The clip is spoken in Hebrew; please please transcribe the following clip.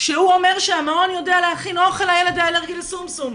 כשהוא אומר שהמעון יודע להכין אוכל לילד האלרגי לשומשום,